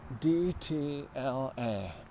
D-T-L-A